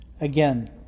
Again